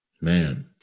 Man